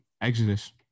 Exodus